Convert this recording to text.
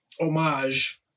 homage